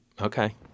Okay